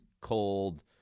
cold